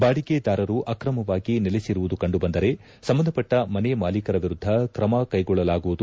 ಬಾಡಿಗೆದಾರ ಆಕ್ರಮವಾಗಿ ನೆಲೆಸಿರುವುದು ಕಂಡುಬಂದರೆ ಸಂಬಂಧಪಟ್ಟ ಮನೆ ಮಾಲೀಕರ ವಿರುದ್ಧ ಕ್ರಮಕೈಗೊಳ್ಳಲಾಗುವುದು